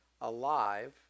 Alive